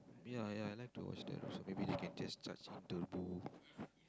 ya ya I like to watch that also maybe they can just charge into bull